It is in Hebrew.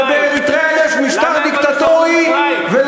ובאריתריאה יש משטר דיקטטורי, למה, במצרים?